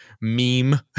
meme